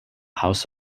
house